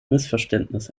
missverständnis